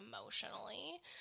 emotionally